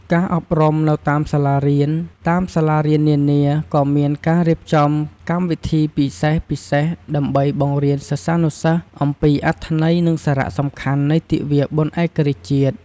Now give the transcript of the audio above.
ការអប់រំនៅតាមសាលារៀន តាមសាលារៀននានា ក៏មានការរៀបចំកម្មវិធីពិសេសៗ ដើម្បីបង្រៀនសិស្សានុសិស្សអំពីអត្ថន័យ និងសារៈសំខាន់នៃទិវាបុណ្យឯករាជ្យជាតិ។